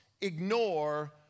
ignore